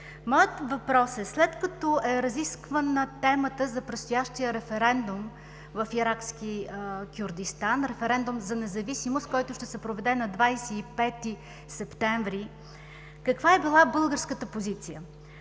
Моят въпрос е: след като е разисквана темата за предстоящия референдум в Иракски Кюрдистан – референдум за независимост, който ще се проведе на 25 септември, каква е била българската позиция?